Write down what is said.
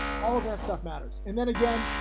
all of that stuff matters. and then again,